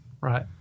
Right